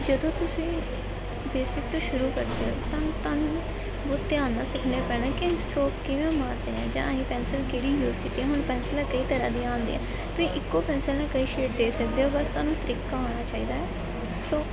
ਜਦੋਂ ਤੁਸੀਂ ਬੇਸਿਕ ਤੋਂ ਸ਼ੁਰੂ ਕਰਦੇ ਹੋ ਤੁਹਾਨੂੰ ਤੁਹਾਨੂੰ ਬਹੁਤ ਧਿਆਨ ਨਾਲ ਸਿੱਖਣੇ ਪੈਣੇ ਕਿ ਅਸੀਂ ਸਟਰੋਕ ਕਿਵੇਂ ਮਾਰਦੇ ਹਾਂ ਜਾਂ ਇਹ ਪੈਨਸਿਲ ਕਿਹੜੀ ਯੂਸ ਕੀਤੀ ਹੁਣ ਪੈਨਸਿਲਾਂ ਕਈ ਤਰ੍ਹਾਂ ਦੀਆਂ ਆਉਂਦੀਆ ਤੁਸੀਂ ਇੱਕੋ ਪੈਨਸਲ ਨਾਲ ਕਈ ਛੇਡ ਦੇ ਸਕਦੇ ਹੋ ਬਸ ਤੁਹਾਨੂੰ ਤਰੀਕਾ ਆਉਣਾ ਚਾਹੀਦਾ ਹੈ ਸੋ